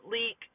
leak